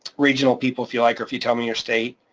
regional people if you like or if you tell me your state,